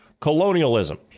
colonialism